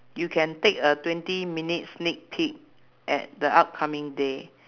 you can take a twenty minute sneak peek at the upcoming day